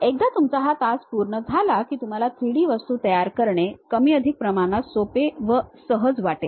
एकदा तुमचा हा तास पूर्ण झाला की तुम्हाला 3D वस्तू तयार करणे कमी अधिक प्रमाणात सोपे व सहज वाटेल